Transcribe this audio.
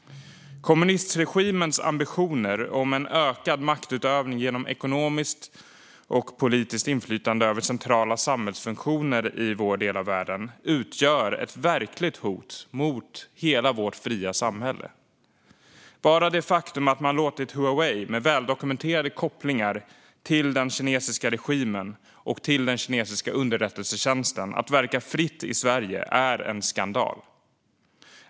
Kommunistregimens ambitioner om en ökad maktutövning genom ekonomiskt och politiskt inflytande över centrala samhällsfunktioner i vår del av världen utgör ett verkligt hot mot vårt fria samhälle. Bara det faktum att man låtit Huawei, med väldokumenterade kopplingar till den kinesiska regimen och den kinesiska underrättelsetjänsten, verka fritt i Sverige är en skandal.